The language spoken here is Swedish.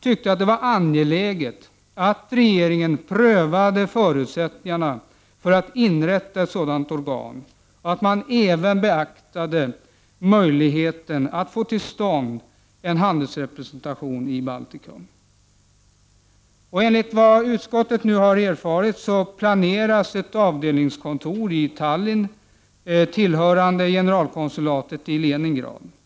tyckte att det var angeläget att regeringen prövade förutsättningarna för att inrätta ett sådant organ och att regeringen även skulle beakta möjligheten att få till stånd en handelsrepresentation i Baltikum. Enligt vad utskottet nu har erfarit planeras ett avdelningskontor i Tallinn tillhörande generalkonsulatet i Leningrad.